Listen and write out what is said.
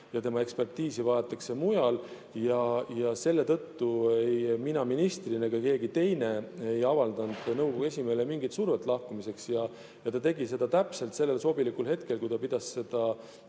ja tema ekspertiisi vajatakse mujal. Ei mina ministrina ega keegi teine ei avaldanud nõukogu esimehele mingit survet lahkumiseks. Ta tegi seda täpselt sellel hetkel, kui ta pidas seda